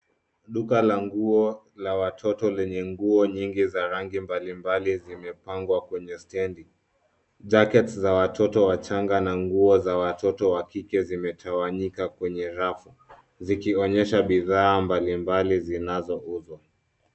Duka la nguo, la watoto, lenye nguo nyingi za rangi mbalimbali zimepangwa kwenye stendi. Jackets za watoto wachanga, na nguo za watoto wa kike zimetawanyika kwenye rafu, zikionyesha bidhaa mbalimbali zinazouzwa.